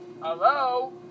Hello